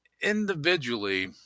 individually